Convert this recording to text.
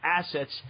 Assets